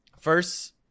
First